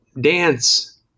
dance